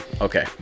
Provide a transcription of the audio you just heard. Okay